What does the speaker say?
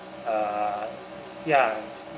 err ya